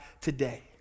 today